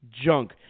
junk